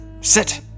sit